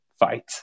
Fight